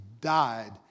died